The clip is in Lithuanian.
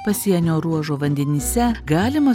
pasienio ruožo vandenyse galima